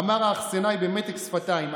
אמר האכסנאי במתק שפתיים.